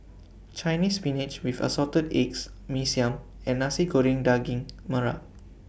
Chinese Spinach with Assorted Eggs Mee Siam and Nasi Goreng Daging Merah